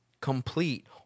complete